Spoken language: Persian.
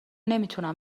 نمیتونم